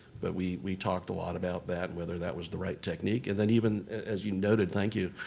but we we talked a lot about that, whether that was the right technique. and then even, as you noted, thank you,